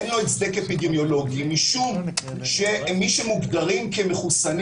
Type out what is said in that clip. אין לו הצדק אפידמיולוגי משום שמי שמוגדרים כמחוסנים